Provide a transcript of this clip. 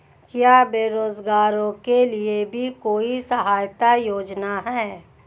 क्या बेरोजगारों के लिए भी कोई सहायता योजना है?